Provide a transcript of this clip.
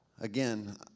Again